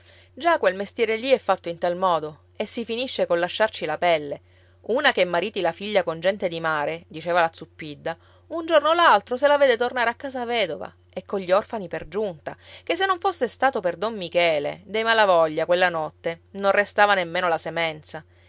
già quel mestiere lì è fatto in tal modo e si finisce col lasciarci la pelle una che mariti la figlia con gente di mare diceva la zuppidda un giorno o l'altro se la vede tornare a casa vedova e cogli orfani per giunta ché se non fosse stato per don michele dei malavoglia quella notte non restava nemmeno la semenza